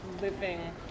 living